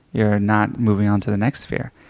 you're not moving on to the next sphere.